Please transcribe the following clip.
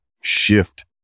shift